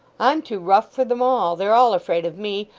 i'm too rough for them all. they're all afraid of me.